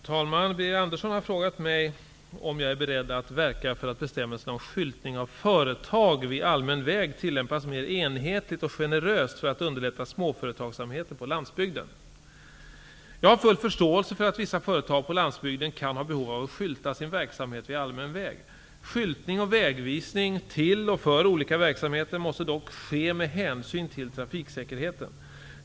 Fru talman! Birger Andersson har frågat mig om jag är beredd att verka för att bestämmelserna om skyltning av företag vid allmän väg tillämpas mer enhetligt och generöst för att underlätta småföretagsamheten på landsbygden. Jag har full förståelse för att vissa företag på landsbygden kan ha ett behov av att skylta sin verksamhet vid allmän väg. Skyltning och vägvisning till och för olika verksamheter måste dock ske med hänyn till trafiksäkerheten.